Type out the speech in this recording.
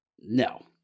No